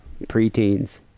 preteens